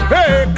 Hey